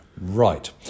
Right